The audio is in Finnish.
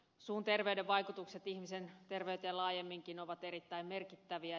suun terveyden vaikutukset ihmisen terveyteen laajemminkin ovat erittäin merkittäviä